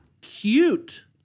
cute